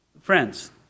Friends